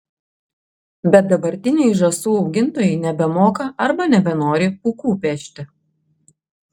bet dabartiniai žąsų augintojai nebemoka arba nebenori pūkų pešti